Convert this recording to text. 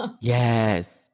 yes